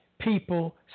people